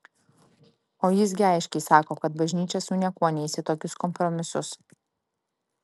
o jis gi aiškiai sako kad bažnyčia su niekuo neis į tokius kompromisus